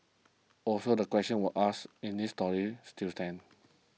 also the questions we asked in this story still stand